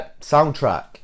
Soundtrack